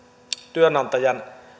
työnantajan